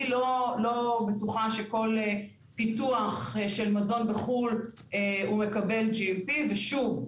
אני לא בטוחה שכל פיתוח של מזון בחו"ל הוא מקבל GMP ושוב,